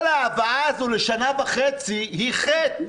כל ההבאה הזו לשנה וחצי היא חטא.